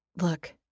Look